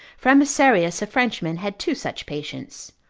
frambeserius, a frenchman, had two such patients,